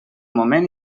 moment